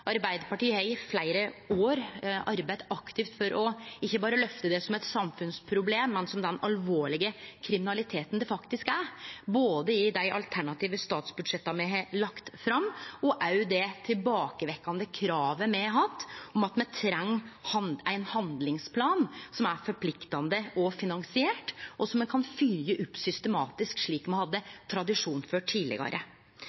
Arbeidarpartiet har i fleire år arbeidd aktivt ikkje berre for å løfte det som eit samfunnsproblem, men som den alvorlege kriminaliteten det faktisk er, både i dei alternative statsbudsjetta me har lagt fram, og i det tilbakevendande kravet me har, om at me treng ein handlingsplan som er forpliktande og finansiert, og som me kan følgje opp systematisk, slik me